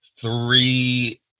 three